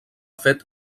fet